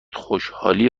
خوشحالی